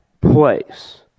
place